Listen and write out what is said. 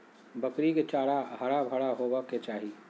बकरी के चारा हरा भरा होबय के चाही